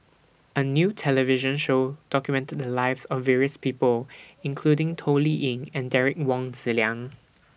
A New television Show documented The Lives of various People including Toh Liying and Derek Wong Zi Liang